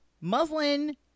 muslin